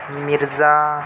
Mirza